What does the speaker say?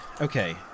okay